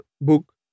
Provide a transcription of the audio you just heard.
book